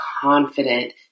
confident